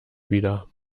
wieder